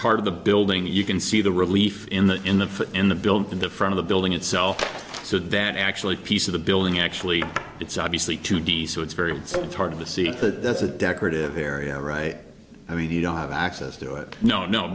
part of the building you can see the relief in the in the foot in the building the front of the building itself so that actually piece of the building actually it's obviously two d so it's very hard to see that there's a decorative area right i mean you don't have access to it no no